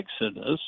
Exodus